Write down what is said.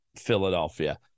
Philadelphia